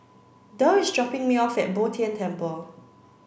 Derl is dropping me off at Bo Tien Temple